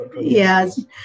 yes